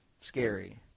scary